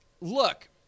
look